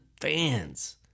fans